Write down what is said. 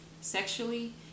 sexually